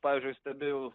pavyzdžiui stebiu